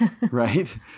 right